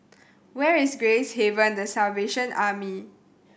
where is Gracehaven The Salvation Army